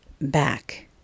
back